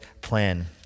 plan